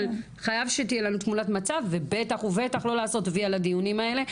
אבל חייב שתהיה לנו תמונת מצב ובטח ובטח לא לעשות וי על הדיונים האלה,